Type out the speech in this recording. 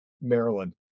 Maryland